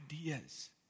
ideas